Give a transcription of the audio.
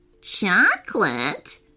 Chocolate